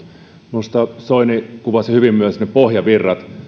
minusta soini kuvasi hyvin myös ne pohjavirrat